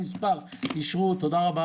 כל חברי הכנסת, שהם ארבעה במספר, אישרו.